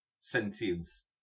sentience